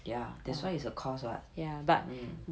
ya that's why is a cost [what] mm